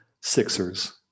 Sixers